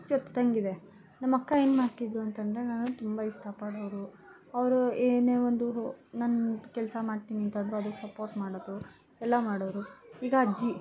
ಅಚ್ಚೊತ್ತಿದಂತಿದೆ ನಮ್ಮಕ್ಕ ಏನು ಮಾಡ್ತಿದ್ರು ಅಂತಂದರೆ ನನ್ನನ್ನ ತುಂಬ ಇಷ್ಟಪಡೋರು ಅವರು ಏನೇ ಒಂದು ನನ್ನ ಕೆಲಸ ಮಾಡ್ತೀನಿ ಅಂತಂದ್ರು ಅದಕ್ಕೆ ಸಪೋರ್ಟ್ ಮಾಡೋದು ಎಲ್ಲ ಮಾಡೋರು ಈಗ ಅಜ್ಜಿ